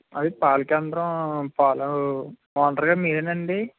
పాలకేంద్రం పాలు ఓనర్గారు మీరేనాండి